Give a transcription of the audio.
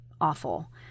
awful